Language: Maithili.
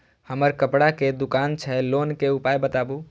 हमर कपड़ा के दुकान छै लोन के उपाय बताबू?